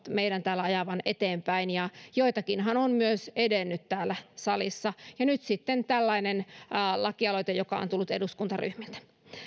meidän täällä ajavan eteenpäin ja joitakinhan on myös edennyt täällä salissa ja nyt sitten tällainen lakialoite joka on tullut eduskuntaryhmiltä